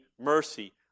mercy